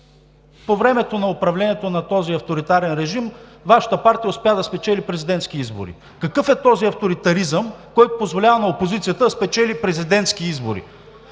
по времето на управлението на този авторитарен режим Вашата партия успя да спечели президентски избори. Какъв е този авторитаризъм, който позволява на опозицията да спечели президентски избори?